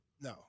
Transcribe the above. No